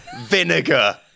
vinegar